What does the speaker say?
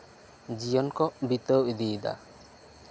ᱡᱤᱭᱚᱱ ᱠᱚ ᱵᱤᱛᱟᱹᱣ ᱤᱫᱤᱭᱮᱫᱟ